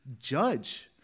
judge